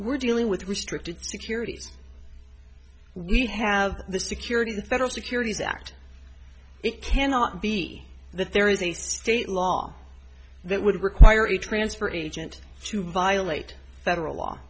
we're dealing with restricted securities we have the security of the federal securities act it cannot be that there is a state law that would require a transfer agent to violate federal law